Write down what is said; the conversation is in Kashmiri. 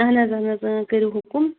اہَن حظ اہَن حظ کٔرِو حُکُم